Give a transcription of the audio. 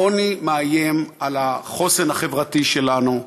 העוני מאיים על החוסן החברתי שלנו,